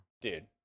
dude